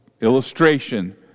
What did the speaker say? illustration